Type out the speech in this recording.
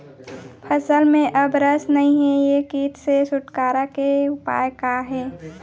फसल में अब रस नही हे ये किट से छुटकारा के उपाय का हे?